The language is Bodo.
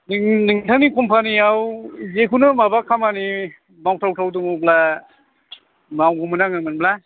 नोंथांनि कम्पानियाव जेखुनो माबा खामानि मावथाव थाव दंब्ला मावगौमोन आङो मोनब्ला